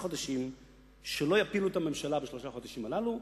חודשים שלא יפילו את הממשלה בשלושת החודשים הללו,